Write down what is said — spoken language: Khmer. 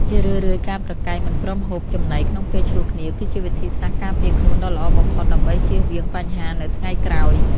ជារឿយៗការប្រកែកមិនព្រមហូបចំណីក្នុងពេលឈ្លោះគ្នាគឺជាវិធីសាស្ត្រការពារខ្លួនដ៏ល្អបំផុតដើម្បីចៀសវាងបញ្ហានៅថ្ងៃក្រោយ។